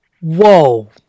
whoa